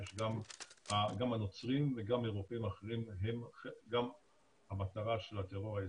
גם הנוצרים וגם אירופאים אחרים הם מטרה של הטרור האיסלמי.